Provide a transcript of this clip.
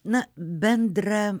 na bendra